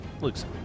looks